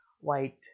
white